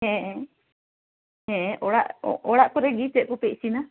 ᱦᱮᱸ ᱦᱮᱸ ᱚᱲᱟᱜ ᱚᱲᱟᱜ ᱠᱚᱨᱮ ᱜᱮ ᱪᱮᱫ ᱠᱚᱯᱮ ᱤᱥᱤᱱᱟ